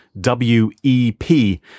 W-E-P